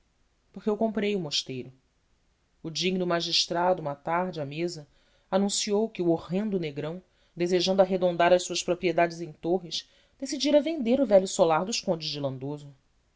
porque eu comprei o mosteiro o digno magistrado uma tarde à mesa anunciou que o horrendo negrão desejando arredondar as suas propriedades em torres decidira vender o velho solar dos condes de lindoso